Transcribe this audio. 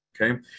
Okay